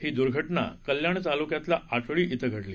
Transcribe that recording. ही द्र्घटना कल्याण तालुक्यातल्या आटळी इथं घडली